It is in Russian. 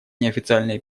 неофициальные